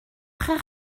très